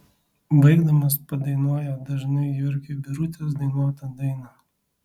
baigdamas padainuoja dažnai jurgiui birutės dainuotą dainą